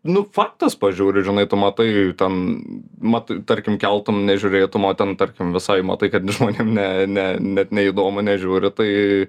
nu faktas pažiūriu žinai tu matai ten mat tarkim keltum nežiūrėtum o ten tarkim visai matai kad žmonėm ne ne net neįdomu nežiūri tai